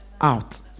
Out